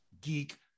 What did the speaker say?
geek